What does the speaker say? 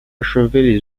achever